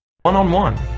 one-on-one